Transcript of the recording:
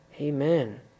Amen